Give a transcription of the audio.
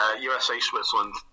USA-Switzerland